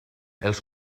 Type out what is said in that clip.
els